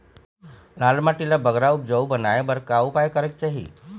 लाल माटी ला बगरा उपजाऊ बनाए बर का उपाय करेक चाही?